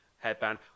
headband